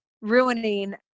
ruining